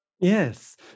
Yes